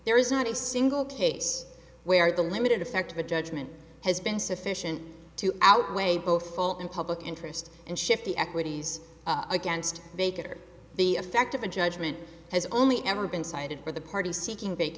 there is not a single case where the limited effect of a judgment has been sufficient to outweigh both full and public interest and shifty equities against baker the effect of a judgment has only ever been cited for the party seeking ba